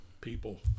people